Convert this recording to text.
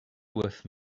with